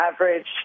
average